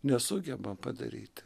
nesugebam padaryti